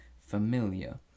familiar